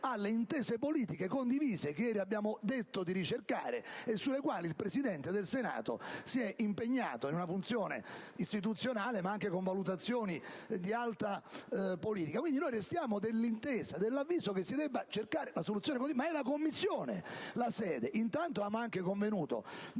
alle intese politiche condivise, che ieri abbiamo affermato di voler ricercare, sulle quali il Presidente del Senato si è impegnato in una funzione istituzionale, ma anche con valutazioni di alta politica. Quindi, noi restiamo dell'avviso che si debba cercare una soluzione: la Commissione è la sede. Peraltro, avevamo convenuto di